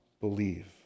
believe